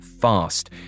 fast